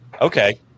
Okay